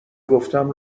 گفتم